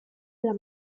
dalla